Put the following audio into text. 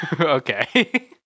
Okay